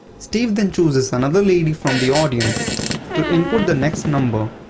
steve then chooses another lady from the audience to input the next number.